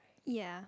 ya